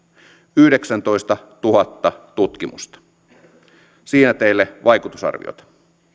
yhdeksäntoistatuhatta tutkimusta siinä teille vaikutusarviot